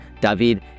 David